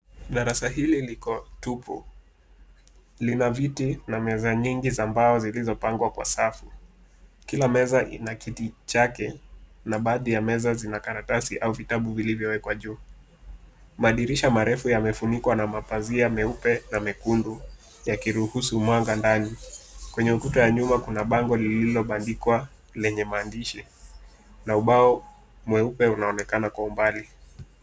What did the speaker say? Darasa hili liko tupu. Lina viti na meza nyingi za mbao zilizopangwa kwa safu. Kila meza ina kiti chake na baadhi ya meza zina karatasi au vitabu vilivyowekwa juu. Madirisha marefu yamefunikwa na mapazia meupe na mekundu yakiruhusu mwanga ndani. Kwenye ukuta wa nyuma kuna bango lilobandikwa lenye maandishi na ubao mweupe unaonekana kwa umbali.